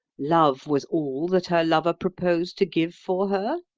love was all that her lover proposed to give for her.